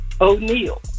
O'Neill